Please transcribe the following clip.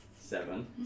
Seven